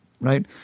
right